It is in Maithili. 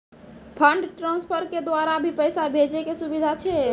फंड ट्रांसफर के द्वारा भी पैसा भेजै के सुविधा छै?